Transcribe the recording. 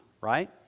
right